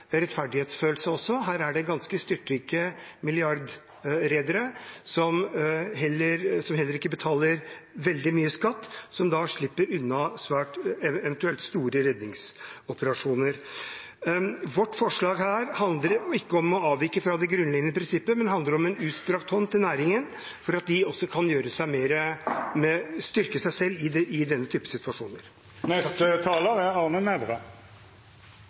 rettferdighetsfølelse. Her er det ganske styrtrike milliardærredere, som heller ikke betaler veldig mye skatt, som slipper unna eventuelt store redningsoperasjoner. Vårt forslag her handler ikke om å avvike fra det grunnleggende prinsippet, det handler om en utstrakt hånd til næringen for at de kan styrke seg selv i den typen situasjoner. Jeg vil bare understreke nok en gang det som min kollega representanten Eide kom opp med. Det er